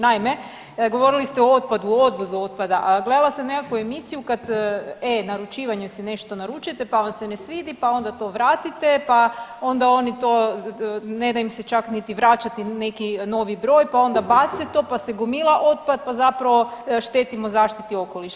Naime, govorili ste o otpadu, o odvozu otpada, a gledala sam nekakvu emisiju kad e-naručivanjem se nešto naručujete pa vam se ne svidi, pa onda to vratite, pa onda oni to ne da im se čak niti vraćati neki novi broj pa onda bace to pa se gomila otpad, pa zapravo štetimo zaštiti okoliša.